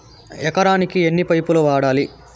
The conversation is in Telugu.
ఎకరాకి ఎన్ని పైపులు వాడాలి?